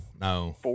No